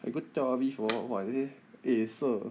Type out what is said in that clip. I go tel aviv orh leh sir